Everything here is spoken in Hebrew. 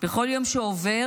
בכל יום שעובר,